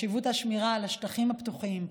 חשיבות השמירה על השטחים הפתוחים,